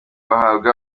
bahabwa